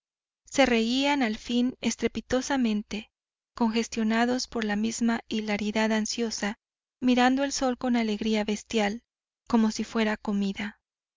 se reían al fin estrepitosamente congestionados por la misma hilaridad ansiosa mirando el sol con alegría bestial como si fuera comida